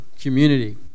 community